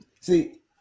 see